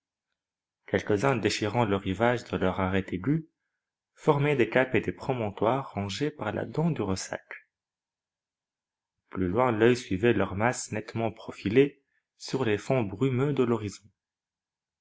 quelques-uns déchirant le rivage de leur arête aiguë formaient des caps et des promontoires rongés par la dent du ressac plus loin l'oeil suivait leur masse nettement profilée sur les fonds brumeux de l'horizon